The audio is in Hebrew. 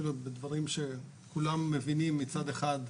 אפילו בדברים שכולם מבינים מצד אחד,